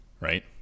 right